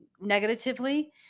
negatively